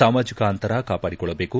ಸಾಮಾಜಿಕ ಅಂತರ ಕಾಪಾಡಿಕೊಳ್ಳಬೇಕು